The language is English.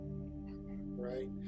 Right